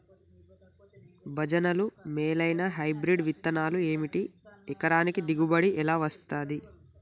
భజనలు మేలైనా హైబ్రిడ్ విత్తనాలు ఏమిటి? ఎకరానికి దిగుబడి ఎలా వస్తది?